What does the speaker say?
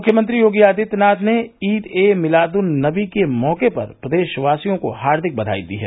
मुख्यमंत्री योगी आदित्यनाथ ने ईद ए मिलादन नबी के मौके पर प्रदेशवासियों को हार्दिक बधाई दी है